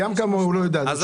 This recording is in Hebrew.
את לא יודעת.